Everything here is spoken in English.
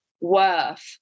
worth